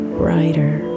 brighter